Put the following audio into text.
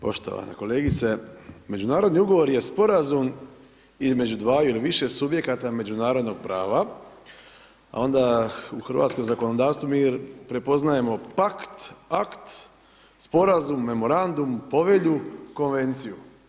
Poštovane kolegice, Međunarodni ugovor je Sporazum između dvaju ili više subjekata međunarodnog prava, a onda u hrvatskom zakonodavstvu mi prepoznajemo pakt, akt, sporazum, memorandum, povelju, konvenciju.